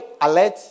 alert